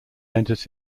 enters